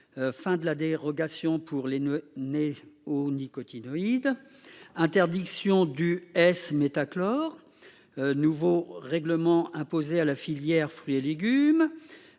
Fin de la dérogation pour les le nez ou nicotine oui d'interdiction du S se à clore. Nouveau règlement imposé à la filière fruits et légumes.